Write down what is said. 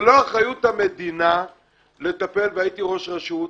זה לא אחריות המדינה לטפל, והייתי ראש רשות.